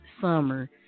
summer